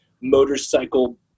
motorcycle